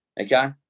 okay